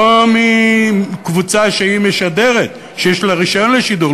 לא מקבוצה שמשדרת, שיש לה רישיון לשידור.